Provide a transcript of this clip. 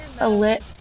Alit